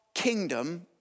kingdom